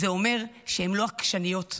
זה אומר שהן לא עקשניות,